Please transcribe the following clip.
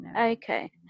Okay